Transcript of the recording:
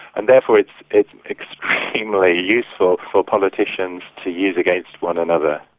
and therefore it's it's extremely useful for politicians to use against one another.